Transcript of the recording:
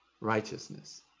righteousness